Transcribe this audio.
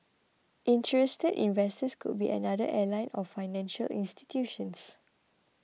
interested investors could be another airline or financial institutions